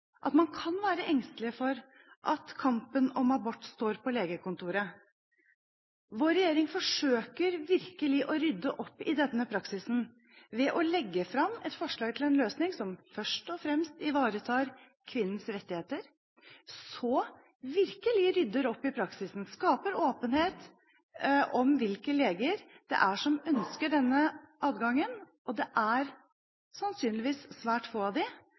at man kan være engstelig for at kampen om abort står på legekontoret. Vår regjering forsøker virkelig å rydde opp i denne praksisen ved å legge fram et forslag til en løsning som først og fremst ivaretar kvinnens rettigheter. Vi rydder virkelig opp i praksisen og skaper åpenhet om hvilke leger det er som ønsker denne adgangen – og det er, sannsynligvis, svært få av